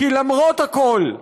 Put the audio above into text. כי למרות הכול,